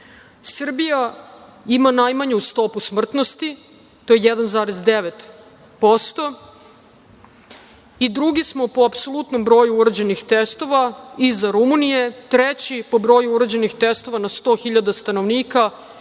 Srbija ima najmanju stopu smrtnosti. To je 1,9% i drugi smo po apsolutnom broju urađenih testova iza Rumunije, treći po broju urađenih testova na 100.000 stanovnika